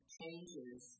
changes